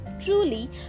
truly